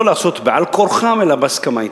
לא לעשות בעל כורחם אלא בהסכמה אתם.